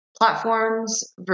Platforms